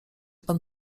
pan